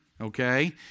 okay